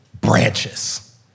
branches